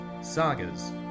sagas